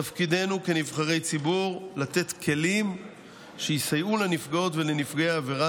תפקידנו כנבחרי ציבור לתת כלים שיסייעו לנפגעות ולנפגעי עבירה